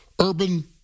urban